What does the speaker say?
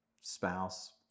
spouse